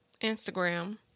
Instagram